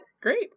Great